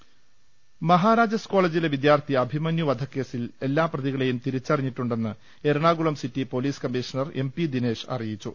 ലക്കകകകകകകകകകകകകക മഹാരാജാസ് കോളജിലെ വിദ്യാർത്ഥി അഭിമന്യു വധ ക്കേസിൽ എല്ലാ പ്രതികളെയും തിരിച്ചറിഞ്ഞിട്ടുണ്ടെന്ന് Ernakulam city police commissioner M P Dinesh അറിയിച്ചു